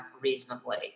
reasonably